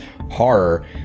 horror